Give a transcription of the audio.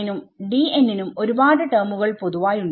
നുംn നും ഒരു പാട് ടെർമുകൾ പൊതുവായുണ്ട്